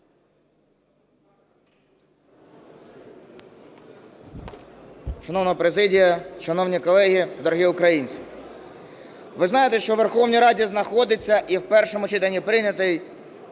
Ви знаєте, що у Верховній Раді знаходиться і в першому читанні прийнятий